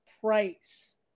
Price